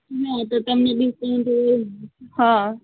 હા તો તમને ડિસ્કાઉન્ટ એવું હા